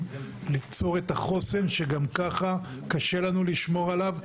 ליצור את החוסן שגם ככה קשה לנו לשמור עליו.